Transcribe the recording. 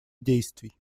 действий